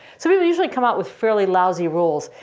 so people usually come out with fairly lousy rules.